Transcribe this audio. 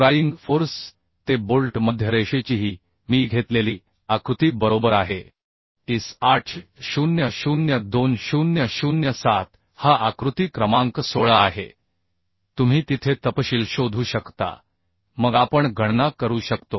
prying force ते bolt मध्य रेषेची ही मी घेतलेली आकृती बरोबर आहे IS 800 2007 हा आकृती क्रमांक 16 आहे तुम्ही तिथे तपशील शोधू शकता मग आपण गणना करू शकतो